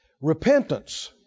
repentance